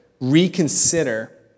reconsider